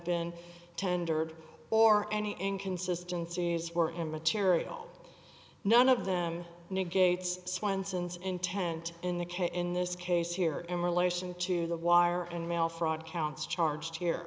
been tendered or any inconsistency is were immaterial none of them negates swenson's intent in the case in this case here in relation to the wire and mail fraud counts charge here